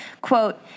quote